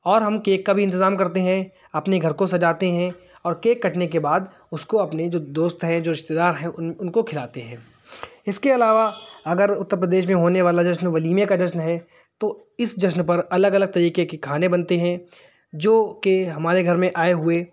اور ہم کیک کا بھی انتظام کرتے ہیں اپنے گھر کو سجاتے ہیں اور کیک کٹنے کے بعد اس کو اپنے جو دوست ہیں جو رشتے دار ہیں ان ان کو کھلاتے ہیں اس کے علاوہ اگر اترپردیش میں ہونے والا جشن ولیمے کا جشن ہے تو اس جشن پر الگ الگ طریقے کے کھانے بنتے ہیں جو کہ ہمارے گھر میں آئے ہوئے